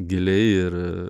giliai ir